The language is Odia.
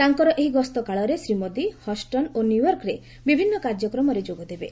ତାଙ୍କର ଏହି ଗସ୍ତ କାଳରେ ଶ୍ରୀ ମୋଦୀ ହଷ୍ଟନ୍ ଓ ନ୍ୟୁୟର୍କରେ ବିଭିନ୍ନ କାର୍ଯ୍ୟକ୍ରମରେ ଯୋଗଦେବେ